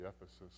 Ephesus